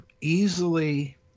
easily